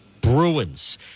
Bruins